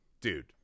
dude